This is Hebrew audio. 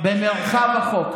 במרחב החוק.